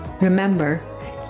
Remember